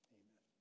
amen